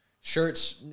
shirts